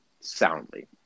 soundly